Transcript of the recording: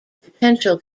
potential